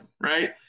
right